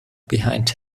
behind